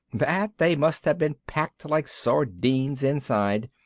that they must have been packed like sardines inside.